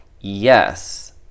Yes